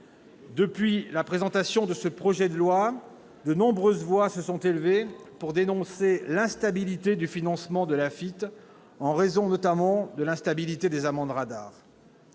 Depuis la présentation de ce projet de loi, de nombreuses voix se sont élevées pour dénoncer l'instabilité du financement de l'Afitf, en raison notamment de l'instabilité du produit des amendes-radars.